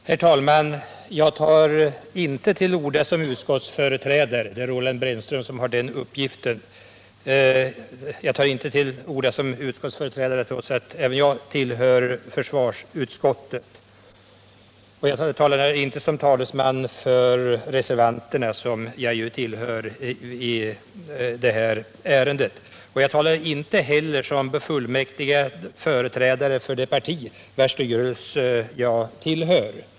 Herr talman! Jag tar inte till orda som utskottets företrädare — det är Roland Brännström som har den uppgiften — trots att även jag tillhör försvarsutskottet, och jag är inte talesman för reservanterna, som jag Nr 49 dock också tillhör. Jag talar inte heller som befullmäktigad företrädare Tisdagen den för det parti vars styrelse jag tillhör.